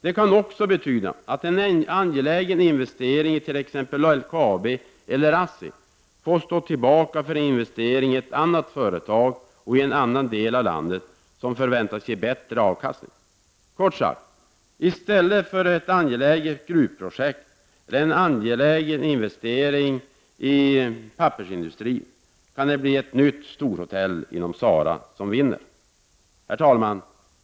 Det kan också betyda att en angelägen investering i t.ex. LKAB eller ASSI får stå tillbaka för en investering i ett annat företag och i en annan del av landet, som förväntas ge bättre avkastning. Kort sagt: i stället för ett angeläget gruvprojekt eller en angelägen investering i pappersindustrin kan det bli ett nytt storhotell inom SARA som vinner. Herr talman!